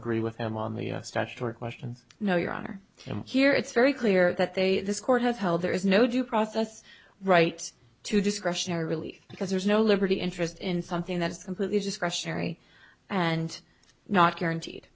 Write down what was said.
agree with him on the statutory questions no your honor him here it's very clear that they this court has held there is no due process rights to discretionary really because there's no liberty interest in something that is completely discretionary and not guaranteed